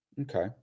okay